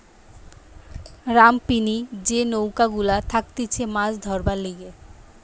রামপিনি যে নৌকা গুলা থাকতিছে মাছ ধরবার লিগে